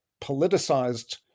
politicized